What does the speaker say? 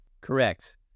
Correct